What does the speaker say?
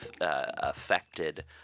affected